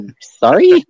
sorry